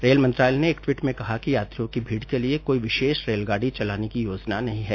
rail मंत्रालय ने एक ट्वीट में कहा कि यात्रियों की भीड़ के लिए कोई विशेष रेलगाडी चलाने की योजना नहीं है